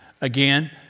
again